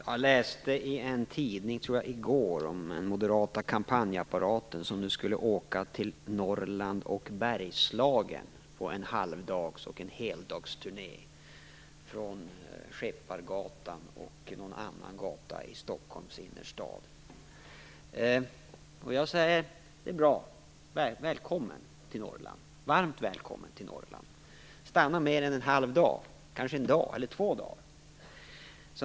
Herr talman! Jag läste i en tidning i går om den moderata kampanjapparaten som nu skulle åka till Norrland och Bergslagen på en halvdags och en heldagsturné från Skeppargatan och någon annan gata i Stockholms innerstad. Det är bra. Jag säger: Varmt välkomna till Norrland! Stanna mer än en halv dag, kanske en eller två dagar.